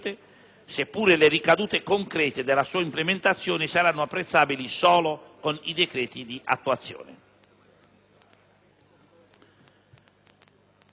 seppure le ricadute concrete della sua implementazione saranno apprezzabili solo con i decreti di attuazione.